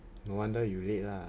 no wonder you late lah